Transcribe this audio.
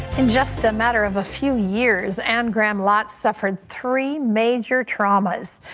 and just a matter of a few years, anne graham lotz suffered three major traumas.